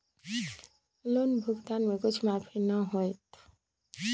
Loan भुगतान में कुछ माफी न होतई?